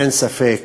אין ספק